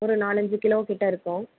ஒரு நாலஞ்சு கிலோ கிட்டே இருக்கும்